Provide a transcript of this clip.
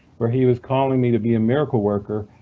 where he was calling me to be a miracle worker.